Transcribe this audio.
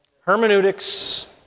hermeneutics